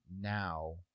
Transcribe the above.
now